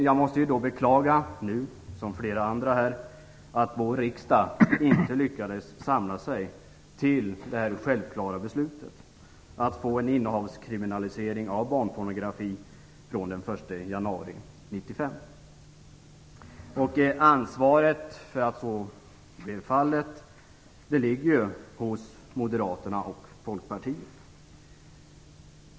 Jag måste nu som flera andra här beklaga att vår riksdag inte lyckades samla sig till detta självklara beslut att få till stånd en innehavskriminalisering av barnpronografi från den 1 januari 1995. Ansvaret för att så är fallet ligger hos Moderaterna och Folkpartiet.